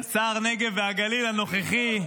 שר הנגב והגליל הנוכחי.